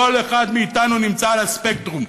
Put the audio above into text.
כל אחד מאתנו נמצא על הספקטרום,